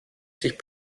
sich